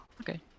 okay